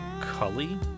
Cully